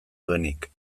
duenik